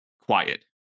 quiet